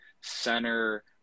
center